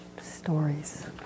stories